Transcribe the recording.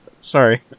Sorry